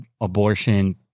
abortion